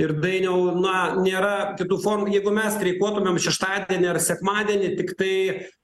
ir dainiau na nėra kitų formų jeigu mes streikuotumėm šeštadienį ar sekmadienį tiktai